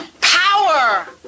power